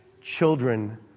children